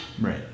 Right